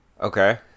Okay